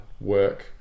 work